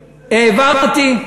העברתי,